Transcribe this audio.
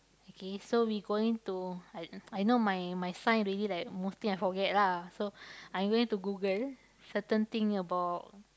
okay so we going to I I know my my science already like most thing I forget lah so I going to Google certain thing about